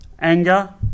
anger